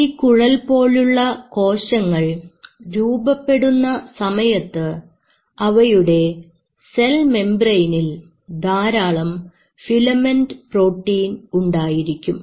ഈ കുഴൽ പോലെയുള്ള കോശങ്ങൾ രൂപപ്പെടുന്ന സമയത്ത് അവയുടെ സെൽ മെമ്പറൈനിൽ ധാരാളം ഫിലമെന്റസ് പ്രോട്ടീൻ ഉണ്ടായിരിക്കും